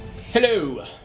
Hello